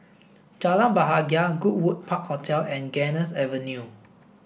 Jalan Bahagia Goodwood Park Hotel and Ganges Avenue